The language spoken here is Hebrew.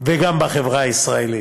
וגם בחברה הישראלית.